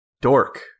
Dork